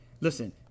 Listen